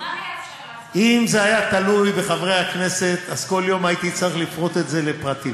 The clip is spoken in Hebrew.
אם זה היה תלוי בחברי הכנסת אז כל יום הייתי צריך לפרוט את זה לפרטים.